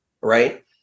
right